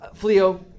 Fleo